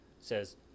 says